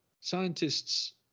scientists